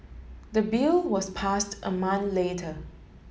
the bill was passed a month later